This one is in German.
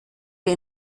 wir